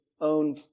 own